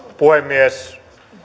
puhemies